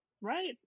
Right